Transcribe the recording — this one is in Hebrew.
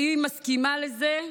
והיא מסכימה לזה.